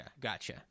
Gotcha